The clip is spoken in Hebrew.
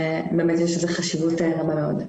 יש לזה חשיבות רבה מאוד.